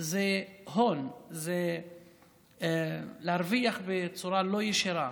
זה הון, להרוויח בצורה לא ישרה.